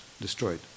destroyed